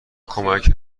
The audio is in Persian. کمک